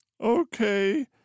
okay